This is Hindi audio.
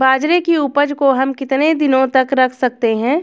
बाजरे की उपज को हम कितने दिनों तक रख सकते हैं?